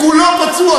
כולו פצוע,